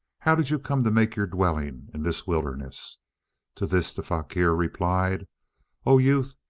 how did you come to make your dwelling in this wilderness to this the faqir replied o youth!